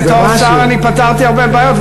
בתור שר אני פתרתי הרבה בעיות,